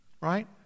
Right